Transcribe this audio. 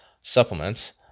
supplements